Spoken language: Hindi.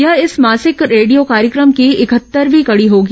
यह इस मासिक रेडियो कार्यक्रम की इकहत्तरवीं कड़ी होगी